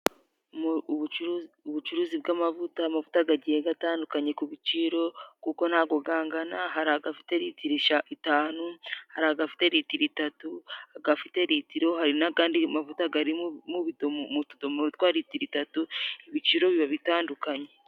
Ubucuruzi bw'amavuta, amavuta gagiye gatandukanye ku biciro, kuko ntago kangana, hari agafite litiro itanu, hari agafite litiro itatu, agafite litiro hari n'agandi mavuta gari mu tudomoro twa litiro itatu, ibiciro biba bitandukanye.